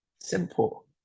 Simple